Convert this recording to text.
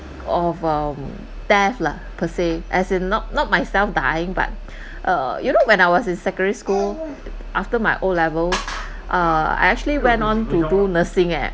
of um death lah per se as in not not myself dying but uh you know when I was in secondary school after my O levels uh I actually went on to do nursing eh